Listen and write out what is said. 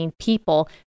People